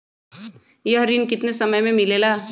यह ऋण कितने समय मे मिलेगा?